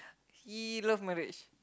he love marriage